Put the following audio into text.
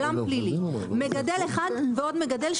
מגדל אחד ועוד מגדל,